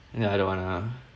no I don't wanna